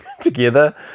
together